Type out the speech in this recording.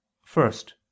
First